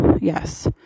yes